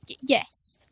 Yes